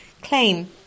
claim